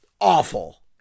awful